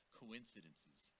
coincidences